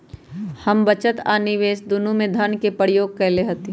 हम बचत आ निवेश दुन्नों में धन के प्रयोग कयले हती